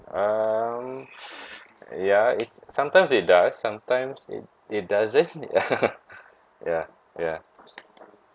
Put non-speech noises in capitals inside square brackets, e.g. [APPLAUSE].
um ya it sometimes it does sometimes it it doesn't [LAUGHS] ya ya